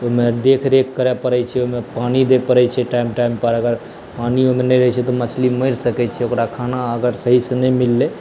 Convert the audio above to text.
ओहिमे देखरेख करय परै छै ओहिमे पानी दै परै छै टाइम टाइम पर अगर पानी ओहि मे नहि रहै छै तऽ मछली मरि सकै छै ओकरा खाना अगर सही सऽ नहि मिललै